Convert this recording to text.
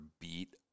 beat